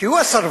כי הוא הסרבן.